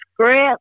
script